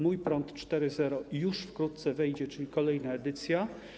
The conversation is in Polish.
Mój prąd˝ 4.0 już wkrótce wejdzie, czyli kolejna edycja.